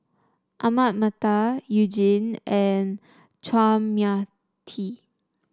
Ahmad Mattar You Jin and Chua Mia Tee